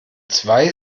zwei